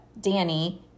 Danny